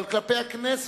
אבל כלפי הכנסת,